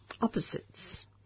Opposites